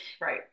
right